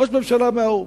ראש ממשלה מהאו"ם.